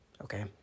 Okay